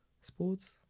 Sports